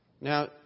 Now